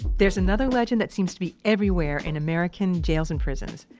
there's another legend that seems to be everywhere in american jails and prisons.